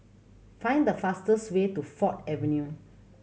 find the fastest way to Ford Avenue